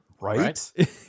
Right